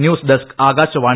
news desk Akashvani